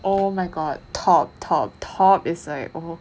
oh my god top top top is like oh